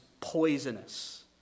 poisonous